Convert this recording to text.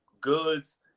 Goods